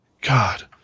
God